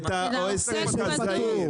את הסכום לעוסק פטור.